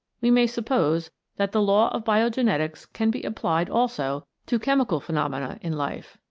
we may suppose that the law of biogenetics can be applied also to chemical phenomena in life.